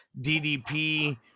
ddp